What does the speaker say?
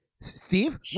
Steve